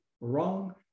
wrong